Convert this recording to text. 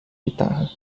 guitarra